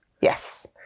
Yes